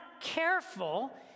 careful